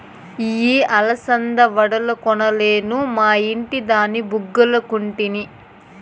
ఇయ్యి అలసంద వడలనుకొలేదు, మా ఇంటి దాని బుగ్గలనుకుంటిని